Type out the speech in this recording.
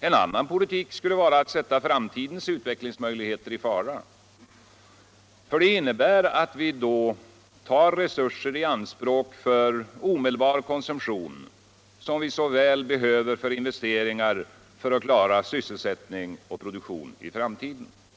En annan politik skulle innebära att vi satte utvecklingsmöjligheterna i framtuiden i fara. Den skulle innebära att vi för omedelbar konsumtion 1tog i anspråk resurser som vi så väl behöver för investeringar för att klara sysselsättning och produktion i framtiden.